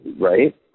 right